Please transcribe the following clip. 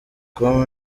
com